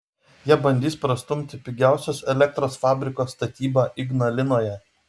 jie bandys prastumti pigiausios elektros fabriko statybą ignalinoje